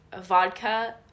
vodka